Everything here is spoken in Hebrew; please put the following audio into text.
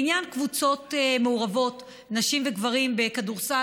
בעניין קבוצות מעורבות נשים וגברים בכדורסל,